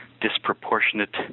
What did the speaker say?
disproportionate